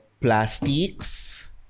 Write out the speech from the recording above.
Plastics